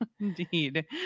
Indeed